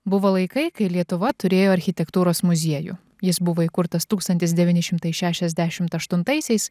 buvo laikai kai lietuva turėjo architektūros muziejų jis buvo įkurtas tūkstantis devyni šimtai šešiasdešimt aštuntaisiais